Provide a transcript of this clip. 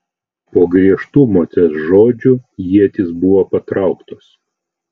po griežtų moters žodžių ietys buvo patrauktos